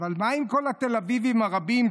אבל מה עם כל התל אביבים הרבים,